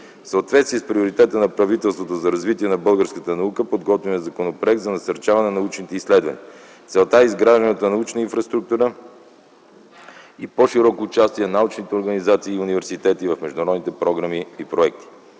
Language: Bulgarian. съответствие с приоритета на правителството за развитие на българската наука подготвяме Законопроект за насърчаване на научните изследвания. Целта е изграждането на научна инфраструктура и по-широко участие на научните организации и университети в международните програми и проекти.